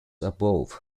above